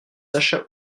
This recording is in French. sacha